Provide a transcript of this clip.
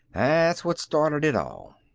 that's what started it all.